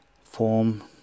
Form